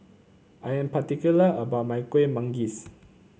I am particular about my Kuih Manggis